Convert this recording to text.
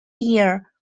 year